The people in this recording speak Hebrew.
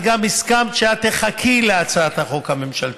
את גם הסכמת שתחכי להצעת החוק הממשלתית.